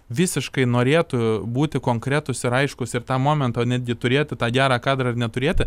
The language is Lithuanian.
visiškai norėtų būti konkretūs ir aiškūs ir tą momentą netgi turėti tą gerą kadrą ar neturėti